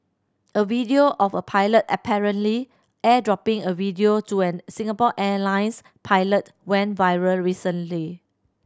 a video of a pilot apparently airdropping a video to an Singapore Airlines pilot went viral recently